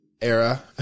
era